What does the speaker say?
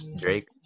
Drake